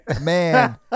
Man